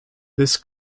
this